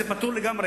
תראה שזה פתור לגמרי.